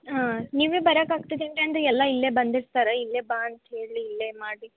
ಆಂ ನೀವೇ ಬರಕ್ಕೆ ಆಗ್ತದೆ ಅಂತಂದ್ರೆ ಎಲ್ಲ ಇಲ್ಲೇ ಬಂದಿರ್ತಾರೆ ಇಲ್ಲೇ ಬಾ ಅಂತ ಹೇಳಿ ಇಲ್ಲೇ ಮಾಡಿ